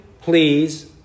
please